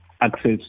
access